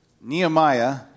Nehemiah